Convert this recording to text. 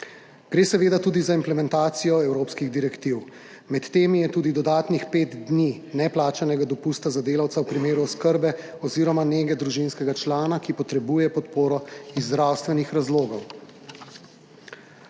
Gre seveda tudi za implementacijo evropskih direktiv. Med temi je tudi dodatnih pet dni neplačanega dopusta za delavca v primeru oskrbe oziroma nege družinskega člana, ki potrebuje podporo iz zdravstvenih razlogov.